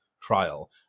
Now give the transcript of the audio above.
trial